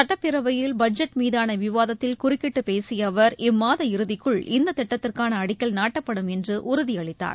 சட்டப்பேரவையில் பட்ஜெட் மீதான விவாதத்தில் குறுக்கிட்டு பேசிய அவர் இம்மாத இறுதிக்குள் இந்த திட்டத்திற்கான அடிக்கல் நாட்டப்படும் என்று உறுதியளித்தார்